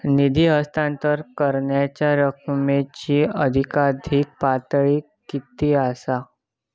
निधी हस्तांतरण करण्यांच्या रकमेची अधिकाधिक पातळी किती असात?